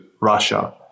Russia